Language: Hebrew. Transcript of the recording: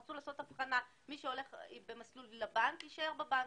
רצו לעשות הבחנה - מי שהולך במסלול של הבנק יישאר בבנק,